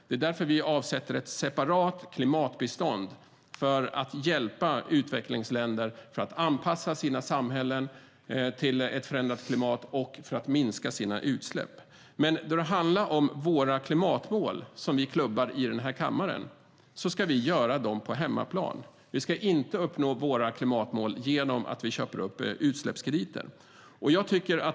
Därför avsätter vi avsätter ett separat klimatbistånd för att hjälpa utvecklingsländer att anpassa sina samhällen till ett förändrat klimat och att minska sina utsläpp. Men våra klimatmål, som vi klubbar här i kammaren, ska vi uppnå på hemmaplan. Vi ska inte uppnå våra klimatmål genom att köpa upp utsläppskrediter.